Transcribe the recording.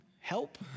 help